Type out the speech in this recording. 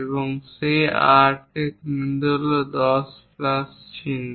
এবং সেই আর্ক এর কেন্দ্র হল এই 10 প্লাস চিহ্ন